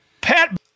Pat